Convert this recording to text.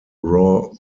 raw